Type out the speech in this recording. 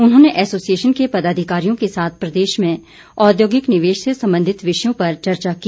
उन्होंने एसोसिएशन के पदाधिकारियों के साथ प्रदेश में औद्योगिक निवेश से सम्बन्धित विषयों पर चर्चा की